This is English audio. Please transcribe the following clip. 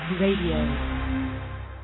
radio